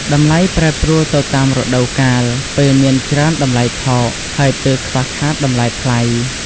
តម្លៃប្រែប្រួលទៅតាមរដូវកាល ពេលមានច្រើនតម្លៃថោក ហើយពេលខ្វះខាតតម្លៃថ្លៃ។